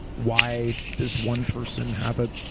why does one person have a